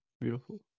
beautiful